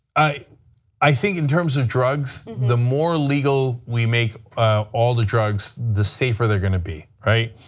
i i think in terms of drugs, the more legal we make all the drugs, the safer they are going to be, right?